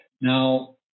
Now